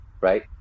right